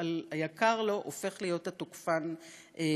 על היקר לו הופך להיות התוקפן האכזרי.